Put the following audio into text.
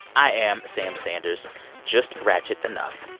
i am sam sanders just ratchet enough.